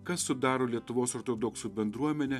kas sudaro lietuvos ortodoksų bendruomenę